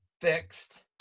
fixed